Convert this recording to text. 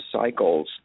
cycles